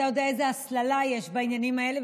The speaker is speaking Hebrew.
אתה יודע איזו ההסללה יש בעניינים האלה.